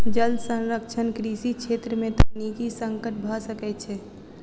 जल संरक्षण कृषि छेत्र में तकनीकी संकट भ सकै छै